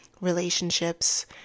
relationships